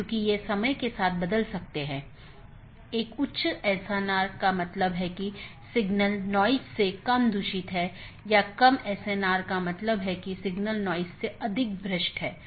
त्रुटि स्थितियों की सूचना एक BGP डिवाइस त्रुटि का निरीक्षण कर सकती है जो एक सहकर्मी से कनेक्शन को प्रभावित करने वाली त्रुटि स्थिति का निरीक्षण करती है